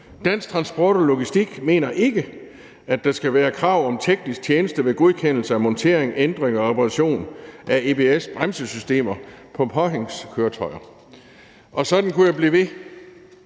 Dansk Transport og Logistik mener ikke, at der skal være krav om teknisk tjeneste ved godkendelse af montering, ændringer og reparation af EBS-bremsesystemer på påhængskøretøjer. Og sådan kunne jeg blive ved.